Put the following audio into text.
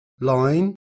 line